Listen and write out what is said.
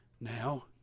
Now